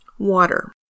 Water